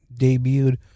debuted